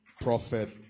Prophet